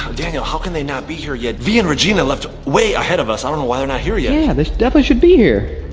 daniel, how can they not be here yet? vy and regina left way ahead of us. i don't know why they're not here yet. yeah, and they definitely should be here.